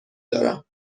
دارم